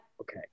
Okay